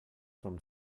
from